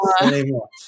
anymore